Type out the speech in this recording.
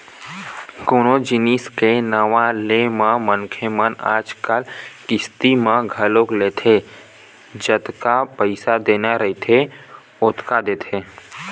कोनो जिनिस के नवा ले म मनखे मन आजकल किस्ती म घलोक लेथे जतका पइसा देना रहिथे ओतका देथे